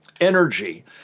energy